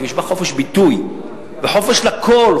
ויש בה חופש ביטוי וחופש לכול,